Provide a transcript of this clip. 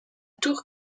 tour